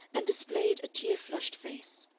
and displayed a tear-flushed face.